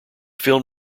film